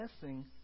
guessing